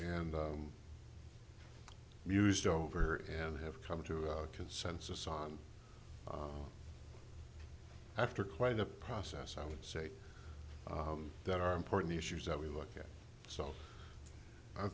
and mused over and have come to a consensus on after quite a process i would say that are important issues that we look at so i